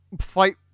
fight